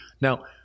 Now